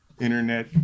internet